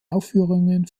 aufführungen